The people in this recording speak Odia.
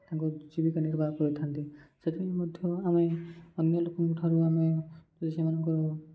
ତାଙ୍କ ଜୀବିକା ନିର୍ବାହ କରିଥାନ୍ତି ସେଥିପାଇଁ ମଧ୍ୟ ଆମେ ଅନ୍ୟ ଲୋକଙ୍କଠାରୁ ଆମେ ଯଦି ସେମାନଙ୍କର